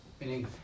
Meaning